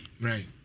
Right